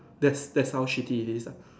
that's that's how shitty it is lah